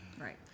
right